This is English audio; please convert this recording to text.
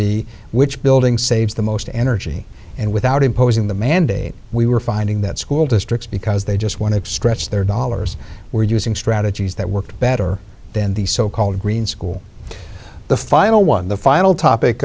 be which building saves the most energy and without imposing the mandate we were finding that school districts because they just want to stretch their dollars we're using strategies that work better than the so called green school the final one the final topic